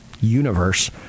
universe